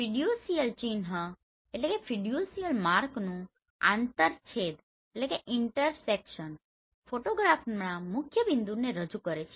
fiducial ચિહ્નનું આંતરછેદ ફોટોગ્રાફના મુખ્યબિંદુને રજૂ કરે છે